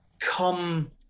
come